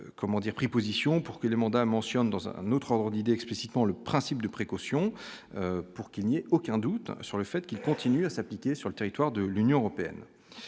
comment pris position pour que les mandats mentionne dans un autre candidat explicitement le principe de précaution pour qu'il n'y a aucun doute sur le fait qu'il continue à s'appliquer sur le territoire de l'Union européenne